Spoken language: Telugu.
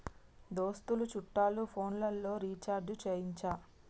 దోస్తులు చుట్టాలు ఫోన్లలో రీఛార్జి చేయచ్చా?